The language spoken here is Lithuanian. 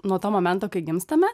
nuo to momento kai gimstame